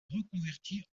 reconverti